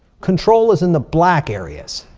control is in the black areas.